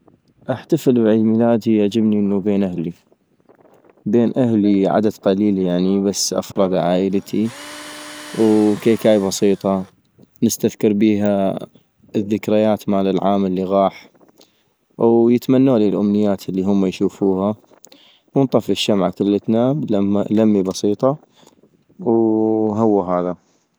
احتفل بعيد ميلادي يعجبني انو بين اهلي - بين اهلي ،عدد قليل يعني بس أفراد عائلتي - وكيكاي بسيطة نستذكر بيها الذكريات مال عام الي غاح ، ويتمنولي الامنيات الي همه يشوفها ، وانطفي الشمعة كلتنا بلمي بسيطة، وهو هذا